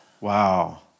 Wow